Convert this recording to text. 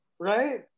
right